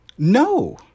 No